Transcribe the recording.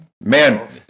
Man